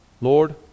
Lord